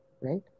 right